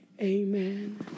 amen